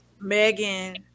Megan